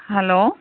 hello